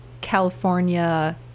California